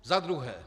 Za druhé.